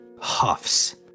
huffs